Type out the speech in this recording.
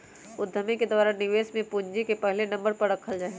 उद्यमि के द्वारा निवेश में पूंजी के पहले नम्बर पर रखल जा हई